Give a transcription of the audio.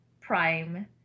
prime